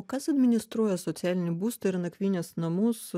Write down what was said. o kas administruoja socialinį būstą ir nakvynės namus